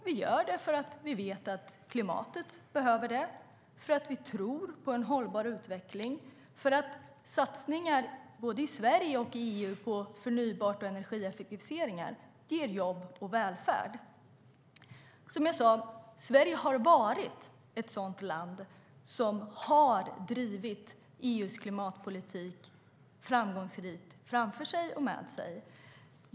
Vi gör det för att vi vet att klimatet behöver det, för att vi tror på en hållbar utveckling och för att satsningar både i Sverige och i EU på förnybart och energieffektiviseringar ger jobb och välfärd. Som jag sade: Sverige har varit ett sådant land som framgångsrikt har drivit EU:s klimatpolitik framför sig och med sig.